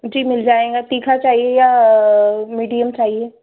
जी मिल जाएगा तीखा चाहिए या मीडियम चाहिए